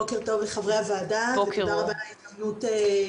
בוקר טוב לחברי הוועדה ותודה רבה על ההזדמנות לדבר.